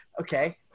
Okay